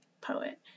poet